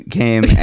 came